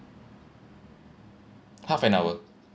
half an hour